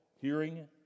hearing